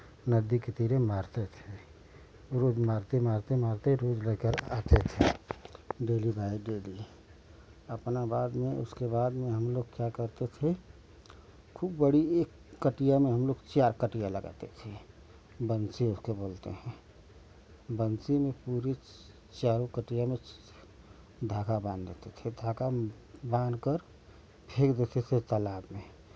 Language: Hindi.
नदी के तीरे मारते थे रोज़ मारते मारते मारते रोज़ लेकर आते थे डेली डेली अपना बाद में उसके बाद में हम लोग क्या करते थे खूब बड़ी एक कटिया में हम लोग चार कटिया लगाते थे बंसी उसको बोलते हैं बंसी में पूरे चारों कटिया में धागा बांध देते थे धागा बांधकर फेंक देते थे तालाब में